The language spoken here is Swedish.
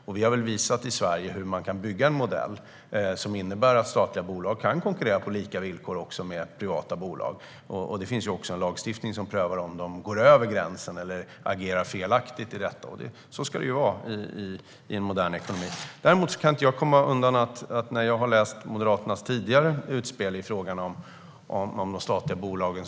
Och Sverige har visat hur man kan bygga en modell som innebär att statliga bolag kan konkurrera med privata bolag på lika villkor. Det finns också en lagstiftning som innebär att man kan pröva om de går över gränsen eller agerar felaktigt när det gäller det. Så ska det vara i en modern ekonomi. Jag har läst Moderaternas tidigare utspel i fråga om de statliga bolagen.